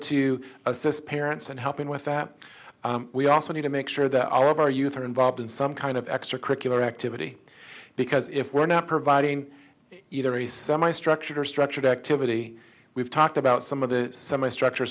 to assist parents and helping with that we also need to make sure that all of our youth are involved in some kind of extracurricular activity because if we're not providing either a semi structured or structured activity we've talked about some of the semi structure